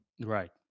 Right